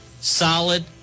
solid